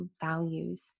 values